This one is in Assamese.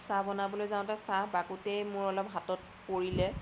চাহ বনাবলৈ যাওঁতে চাহ বাকোতেই মোৰ অলপ হাতত পৰিলে